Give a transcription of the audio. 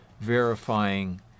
verifying